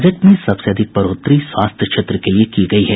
budget में सबसे अधिक बढ़ोतरी स्वास्थ्य क्षेत्र के लिए की गयी है